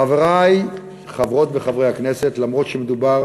חברי, חברות וחברי הכנסת, למרות שמדובר